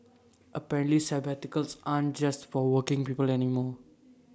apparently sabbaticals aren't just for working people anymore